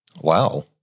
Wow